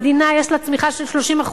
המדינה, יש בה צמיחה של 30%,